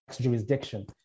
jurisdiction